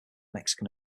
mexican